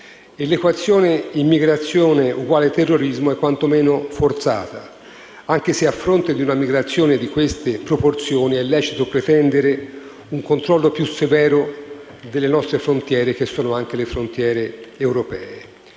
l'equazione immigrazione uguale terrorismo è quantomeno forzata, anche se a fronte di una migrazione di queste proporzioni è lecito pretendere un controllo più severo delle nostre frontiere, che sono anche quelle europee.